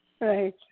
Right